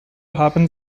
haben